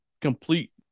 complete